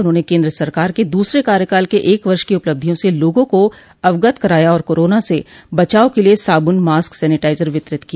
उन्होंने केन्द्र सरकार के दूसरे कार्यकाल के एक वर्ष की उपलब्धियों से लोगों को अवगत कराया और कोरोना से बचाव के लिये साबुन मास्क सेनिटाइजर वितरित किया